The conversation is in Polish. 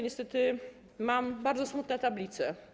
Niestety, mam bardzo smutne tablice.